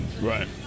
Right